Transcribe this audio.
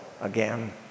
again